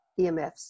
emfs